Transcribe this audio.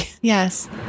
Yes